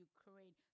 Ukraine